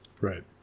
Right